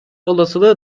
olasılığı